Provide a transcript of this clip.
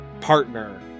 partner